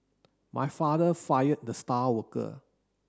my father fired the star worker